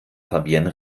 fabienne